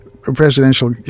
presidential